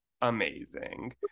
amazing